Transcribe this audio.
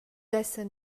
essan